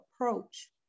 approach